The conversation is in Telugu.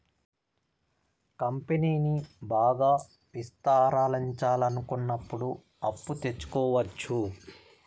కంపెనీని బాగా విస్తరించాలనుకున్నప్పుడు అప్పు తెచ్చుకోవచ్చు